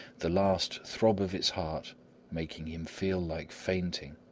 the last throb of its heart making him feel like fainting.